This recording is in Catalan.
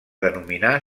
denominar